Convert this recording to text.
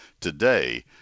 today